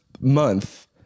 month